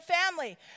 family